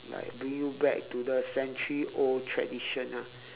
like bring you back to the century old tradition ah